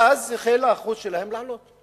ואז החל האחוז שלהם לעלות.